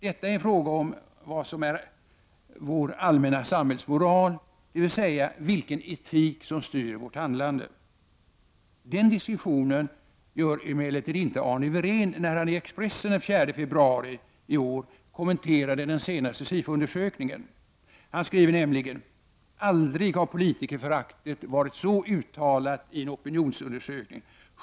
Detta är en fråga om vad som är vår allmänna samhällsmoral, dvs. vilken etik som styr vårt handlande. Den distinktionen gör emellertid inte Arne Wirén när han i Expressen den 4 februari i år kommenterar den senaste SIFO-mätningen. Han skriver nämligen: ”Aldrig har politikerföraktet varit så uttalat i en opinionsmätning.